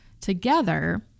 together